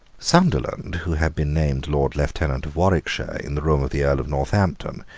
sunderland, who had been named lord lieutenant of warwickshire in the room of the earl of northampton,